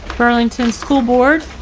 burlington school board,